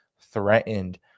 threatened